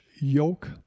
yoke